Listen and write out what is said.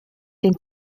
den